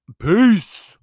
peace